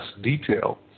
detail